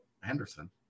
Henderson